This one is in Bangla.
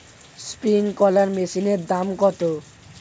স্প্রিংকলার মেশিনের দাম কত?